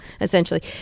essentially